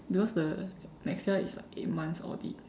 because the maximum is eight months audit